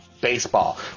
Baseball